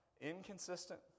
inconsistent